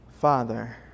Father